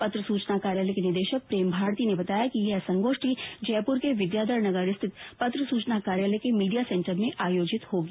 पत्र सुचना कार्यालय के निदेशक प्रेम भारती ने बताया कि यह संगोष्ठी जयपुर के विद्याधर नगर रिथित पत्र सूचना कार्यालय के मीडिया सेंटर में आयोजित होगी